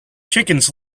chickens